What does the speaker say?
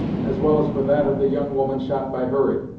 as well as for that of the young woman shot by hurry,